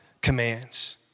commands